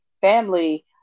family